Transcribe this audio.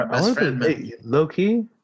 Low-key